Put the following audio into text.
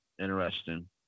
interesting